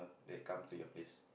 that come to your place